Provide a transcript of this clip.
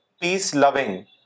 peace-loving